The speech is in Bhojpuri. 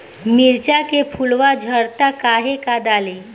मिरचा के फुलवा झड़ता काहे का डाली?